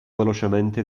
velocemente